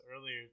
earlier